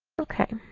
ok.